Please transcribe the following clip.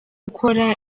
gukora